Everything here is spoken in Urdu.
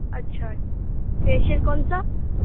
اچھا اچھا فیشیل کون سا